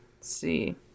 see